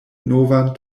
novan